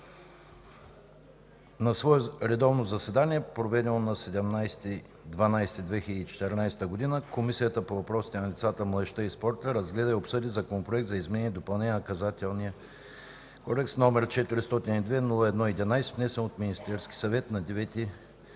„На свое редовно заседание, проведено на 17 декември 2014 г. Комисията по въпросите на децата, младежта и спорта разгледа и обсъди Законопроект за изменение и допълнение на Наказателния кодекс, № 402-01-11, внесен от Министерския съвет на 9